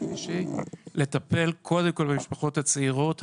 השלישי וקודם כל לטפל במשפחות הצעירות.